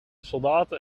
soldaten